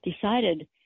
decided